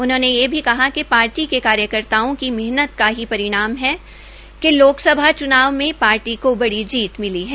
उन्होंने कहा कि पार्टी के कार्यकर्ताओं की मेहनत का ही परिणाम है कि लोकसभा च्नाव को बड़ी जीत मिली है